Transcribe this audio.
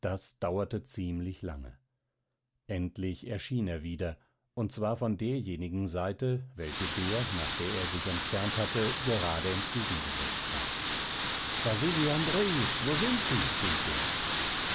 das dauerte ziemlich lange endlich erschien er wieder und zwar von derjenigen seite welche der nach der er sich entfernt hatte gerade entgegengesetzt war wasili andrejitsch wo sind sie rief er